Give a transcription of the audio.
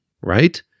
right